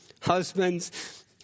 Husbands